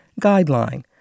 Guideline